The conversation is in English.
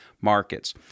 markets